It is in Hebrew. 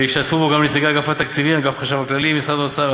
והשתתפו בו גם נציגי אגף התקציבים ואגף החשב הכללי במשרד האוצר.